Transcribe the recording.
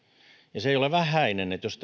ja se ei ole vähäinen jos